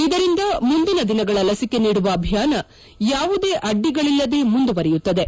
ಇದರಿಂದ ಮುಂದಿನ ದಿನಗಳ ಲಸಿಕೆ ನೀಡುವ ಅಭಿಯಾನ ಯಾವುದೇ ಅಡ್ಡಿಗಳಿಲ್ಲದೆ ಮುಂದುವರೆಯುತ್ತದೆ